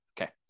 Okay